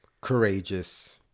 courageous